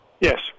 Yes